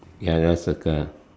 ya that one circle